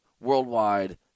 worldwide